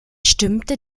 stimmte